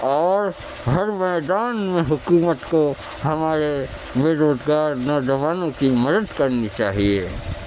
اور ہر میدان میں حکومت کو ہمارے بے روزگار نوجوانوں کی مدد کرنی چاہیے